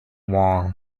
wall